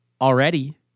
already